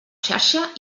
xarxa